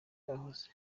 byahoze